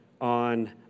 on